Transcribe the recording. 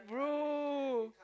bro